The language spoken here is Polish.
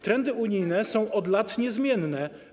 Trendy unijne są od lat niezmienne.